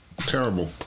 Terrible